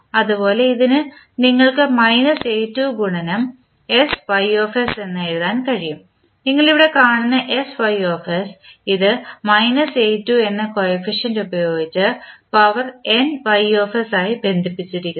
അതുപോലെ ഇതിനായി നിങ്ങൾക്ക് മൈനസ് a2 ഗുണനം sy എന്ന് എഴുതാൻ കഴിയും നിങ്ങൾ ഇവിടെ കാണുന്ന sy ഇത് a2 എന്ന കോഫിഫിഷ്യന്റ് ഉപയോഗിച്ച് പവർ ny ആയി ബന്ധിപ്പിച്ചിരിക്കുന്നു